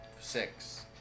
Six